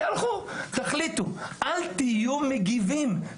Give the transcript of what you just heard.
תיערכו, תחליטו, אל תהיו מגיבים.